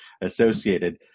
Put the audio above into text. associated